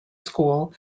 school